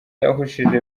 yahushije